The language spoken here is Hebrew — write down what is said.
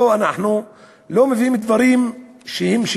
אנחנו לא מביאים דברים שקריים,